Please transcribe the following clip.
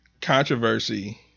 controversy